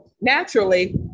naturally